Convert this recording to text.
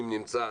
אם נמצא,